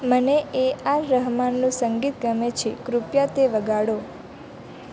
મને A R રહેમાનનું સંગીત ગમે છે કૃપયા તે વગાડો